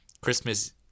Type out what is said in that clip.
Christmas